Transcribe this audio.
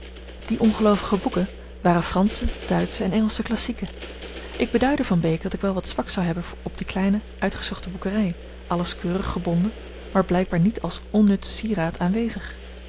die ongeloovige boeken waren fransche duitsche en engelsche klassieken ik beduidde van beek dat ik wel wat zwak zou hebben op die kleine uitgezochte boekerij alles keurig gebonden maar blijkbaar niet als onnut sieraad aanwezig